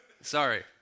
Sorry